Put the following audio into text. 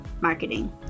marketing